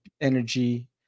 energy